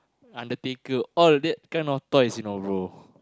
Undertaker all that kind of toys you know brother